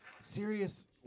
serious